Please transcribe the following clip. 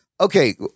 Okay